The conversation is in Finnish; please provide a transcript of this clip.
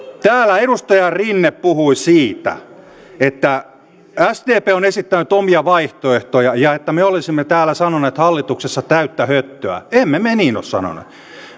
täällä edustaja rinne puhui siitä että sdp on esittänyt omia vaihtoehtoja ja että me olisimme täällä hallituksessa sanoneet täyttä höttöä emme me niin ole sanoneet